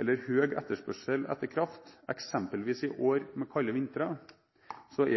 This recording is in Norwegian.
eller høy etterspørsel etter kraft, eksempelvis i år med kalde vintre,